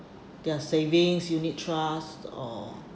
their savings unit trust or